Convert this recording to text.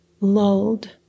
lulled